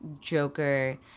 Joker